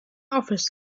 office